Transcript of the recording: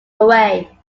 away